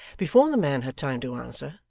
before the man had time to answer,